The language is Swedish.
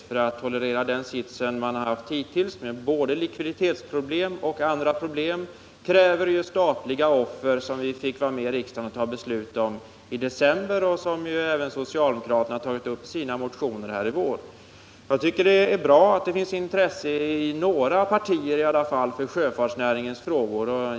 För att man skall tolerera den sits man haft hittills med både likviditetsproblem och andra problem krävs ju sådana statliga offer som vi fick vara med att besluta om i riksdagen i december. Det är något som också socialdemokraterna har tagit upp i sina motioner här i vår. Jag tycker att det är bra att det åtminstone i några partier finns intresse för sjöfartsnäringens frågor.